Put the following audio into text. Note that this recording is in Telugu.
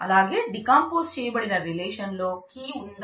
అలాగే డీకంపోజ్ ఉందా